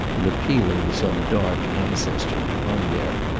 and appealing to some dark ancestor who hung there.